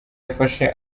yafashe